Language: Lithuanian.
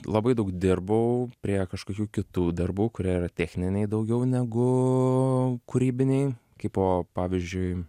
labai daug dirbau prie kažkokių kitų darbų kurie yra techniniai daugiau negu kūrybiniai kaipo pavyzdžiui